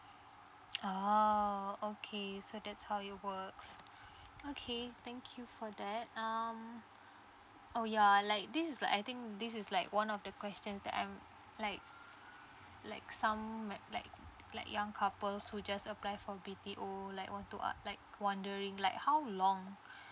oh okay so that's how it works okay thank you for that um oh ya like this is like I think this is like one of the questions that I'm like like some like like like young couples would just apply for B_T_O like want to like wondering like how long